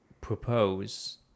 propose